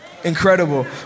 Incredible